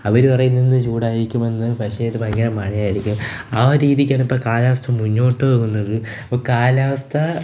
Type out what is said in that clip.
അവര് പറയുന്നു ഇന്ന് ചൂടായിരിക്കുമെന്ന് പക്ഷേ ഇന്ന് ഭയങ്കര മഴയായിരിക്കും ആ രീതിക്കാണ് ഇപ്പോള് കാലാവസ്ഥ മുന്നോട്ട് പോകുന്നത് അപ്പോള് കാലാവസ്ഥ